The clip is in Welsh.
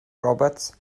roberts